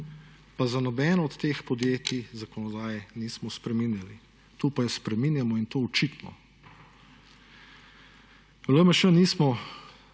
pa za nobeno od teh podjetij zakonodaje nismo spreminjali. Tukaj pa jo spreminjamo in to očitno. V LMŠ nismo